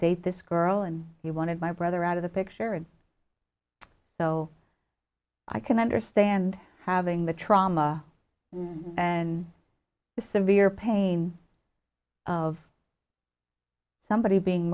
this girl and he wanted my brother out of the picture and so i can understand having the trauma and the severe pain of somebody being